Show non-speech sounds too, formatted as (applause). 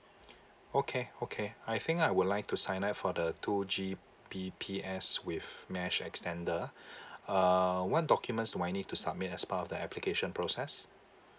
(breath) okay okay I think I would like to sign up for the two G_P_P_S with mesh extender (breath) uh what documents do I need to submit as part of the application process